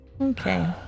okay